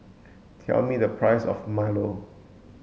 tell me the price of Milo